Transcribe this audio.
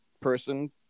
person